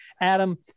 Adam